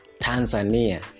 Tanzania